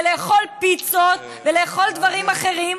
ולאכול פיצות ולאכול דברים אחרים,